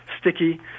sticky